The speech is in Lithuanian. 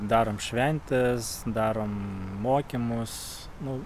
darom šventes darom mokymus nu